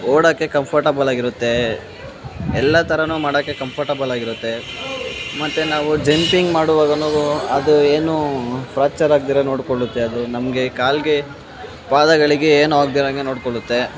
ಓಡಕ್ಕೆ comfortable ಆಗಿರುತ್ತೆ ಎಲ್ಲ ಥರನು ಮಾಡೋಕ್ಕೆ ಕಂಫರ್ಟಬಲ್ ಆಗಿರುತ್ತೆ ಮತ್ತು ನಾವು ಜೆಂಪಿಂಗ್ ಮಾಡುವಾಗನು ಅದು ಏನೂ ಫ್ರಾಕ್ಚರ್ ಆಗ್ದಿರ ನೋಡ್ಕೊಳ್ಳುತ್ತೆ ಅದು ನಮಗೆ ಕಾಲಿಗೆ ಪಾದಗಳಿಗೆ ಏನೂ ಆಗ್ದಿರಂಗೆ ನೋಡ್ಕೊಳ್ಳುತ್ತೆ